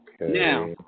Now